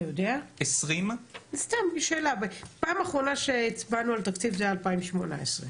פעם אחרונה שהצבענו על תקציב היה ב-2018.